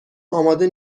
آماده